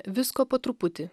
visko po truputį